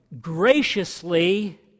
graciously